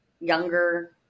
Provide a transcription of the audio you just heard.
younger